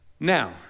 Now